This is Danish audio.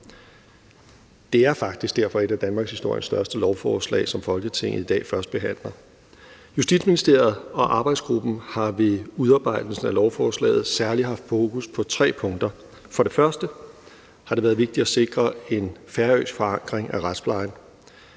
Det er faktisk derfor et af danmarkshistoriens største lovforslag, som Folketinget i dag førstebehandler. Justitsministeriet og arbejdsgruppen har ved udarbejdelsen af lovforslaget særlig haft fokus på tre punkter. For det første har det været vigtigt at sikre en færøsk forankring af retsplejen.